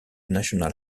national